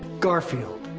garfield.